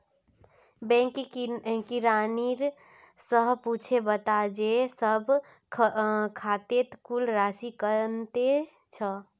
bank किरानी स पूछे बता जे सब खातौत कुल राशि कत्ते छ